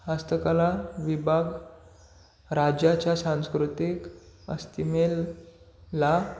हस्तकला विभाग राज्याच्या सांस्कृतिक अस्तिमेल ला